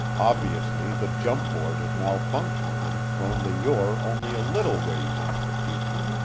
obviously, the jump-board had malfunctioned and thrown the yore only a little ways into the future,